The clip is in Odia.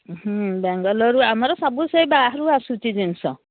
ବେଙ୍ଗଲୋର୍ରୁ ଆମର ସବୁ ସେଇ ବାହାରୁ ଆସୁଛି ଜିନିଷ